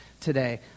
today